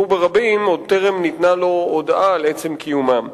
ברבים עוד בטרם ניתנה לו הודעה על עצם קיומם.